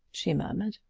she murmured.